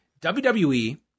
WWE